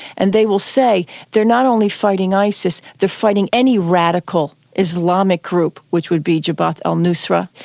and they will say they are not only fighting isis, they are fighting any radical islamic group, which would be jabhat al-nusra,